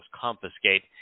confiscate